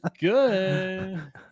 good